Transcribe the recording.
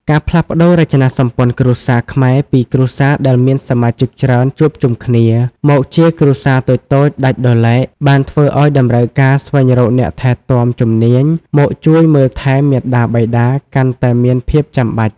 ការផ្លាស់ប្តូររចនាសម្ព័ន្ធគ្រួសារខ្មែរពីគ្រួសារដែលមានសមាជិកច្រើនជួបជុំគ្នា មកជាគ្រួសារតូចៗដាច់ដោយឡែក បានធ្វើឱ្យតម្រូវការស្វែងរកអ្នកថែទាំជំនាញមកជួយមើលថែមាតាបិតាកាន់តែមានភាពចាំបាច់។